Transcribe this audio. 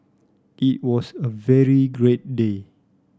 it was a very great day